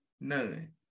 None